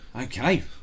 Okay